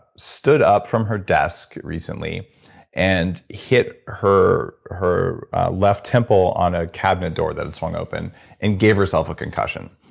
stood up from her desk recently and hit her her left temple on a cabinet door that and swung open and gave herself a concussion.